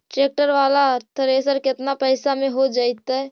Tractor बाला thresher केतना पैसा में हो जैतै?